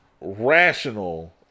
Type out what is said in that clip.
rational